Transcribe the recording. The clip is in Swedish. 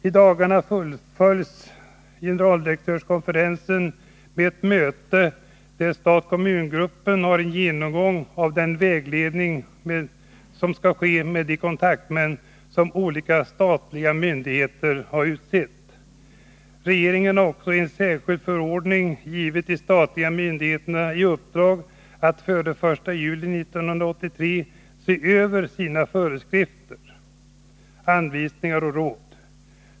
I dagarna följs generaldirektörskonferensen upp med ett möte, där stat-kommun-gruppen har en genomgång av den vägledning som skall ske med de kontaktmän som olika statliga myndigheter har utsett. Regeringen har också i en särskild förordning givit de statliga myndigheterna i uppdrag att före den 1 juli 1983 se över sina föreskrifter, anvisningar och råd.